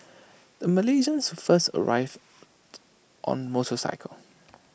the Malaysians first arrived on motorcycle